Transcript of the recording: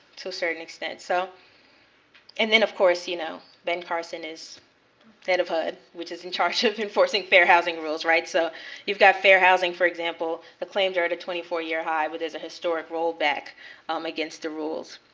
to a certain extent. so and then, of course, you know ben carson is the head of hud, which is in charge of enforcing fair housing rules, right? so you've got fair housing, for example, the claims are at a twenty four year high where there is a historic roll back um against the rules.